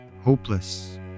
Hopeless